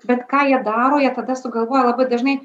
bet ką jie daro jie tada sugalvoja labai dažnai